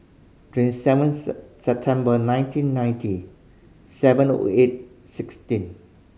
twenty seven September nineteen ninety seven O eight sixteen